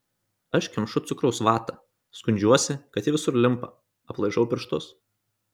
aš kemšu cukraus vatą skundžiuosi kad ji visur limpa aplaižau pirštus